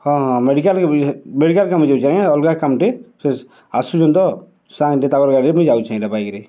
ହଁ ହଁ medical medical କାମେ ଯାଉଛେଁ ଅଲ୍ଗା କାମ୍ଟେ ସେ ଆସୁଚନ୍ ତ ସାଙ୍ଗ୍ଟେ ତାଙ୍କର୍ ଗାଡ଼ିରେ ମୁଇଁ ଇଟା ଯାଉଚେଁ ବାଇକ୍ରେ